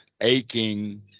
aching